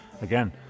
again